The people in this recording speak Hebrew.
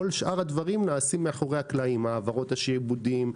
כל שאר הדברים נעשים מאחורי הקלעים העברות השעבודים,